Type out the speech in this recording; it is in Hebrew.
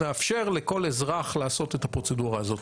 נאפשר לכל אזרח לעשות את הפרוצדורה הזאת.